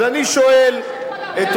אנחנו נחזור לשלטון הרבה יותר מהר ממה שאתה חושב,